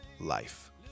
life